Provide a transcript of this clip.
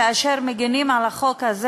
כאשר מגינים על החוק הזה,